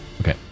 Okay